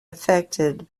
affected